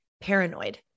paranoid